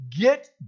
Get